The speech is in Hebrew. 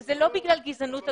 זה לא בגלל גזענות,